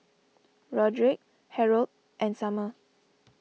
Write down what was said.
Rodrick Harrold and Summer